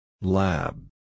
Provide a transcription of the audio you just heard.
Lab